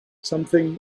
something